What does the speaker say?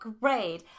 great